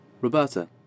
Roberta